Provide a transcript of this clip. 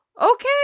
Okay